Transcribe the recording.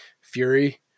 fury